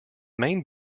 main